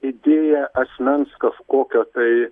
idėja asmens kažkokio tai